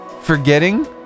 Forgetting